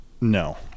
No